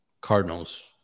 cardinals